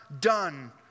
done